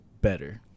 better